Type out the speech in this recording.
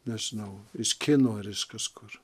nežinau ryški norisi kažkur